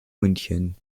münchen